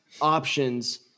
options